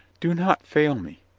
do not fail me!